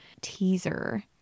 teaser